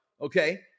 okay